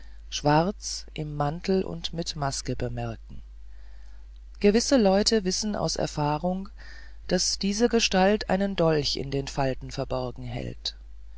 schwarz im mantel und mit maske bemerken gewisse leute wissen aus erfahrung daß diese gestalt einen dolch in den falten verborgen trägt